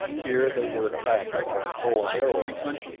here they were attacked by the bow-and-arrow men,